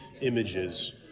images